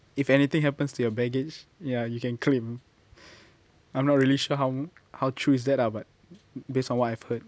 if anything happens to your baggage ya you can claim I'm not really sure how how true is that lah but based on what I've heard